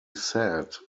said